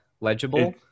legible